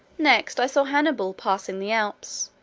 next, i saw hannibal passing the alps,